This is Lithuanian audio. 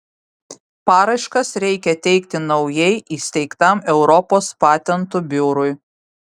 paraiškas reikia teikti naujai įsteigtam europos patentų biurui